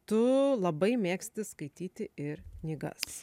tu labai mėgsti skaityti ir knygas